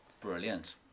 brilliant